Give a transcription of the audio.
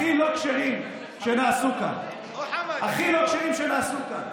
הכי לא כשרים שנעשו כאן, הכי לא כשרים שנעשו כאן.